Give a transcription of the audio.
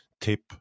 tip